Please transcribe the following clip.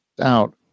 out